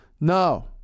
No